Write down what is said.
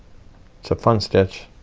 it's a fun stitch,